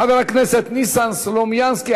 חבר הכנסת ניסן סלומינסקי,